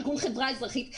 ארגון חברה אזרחית,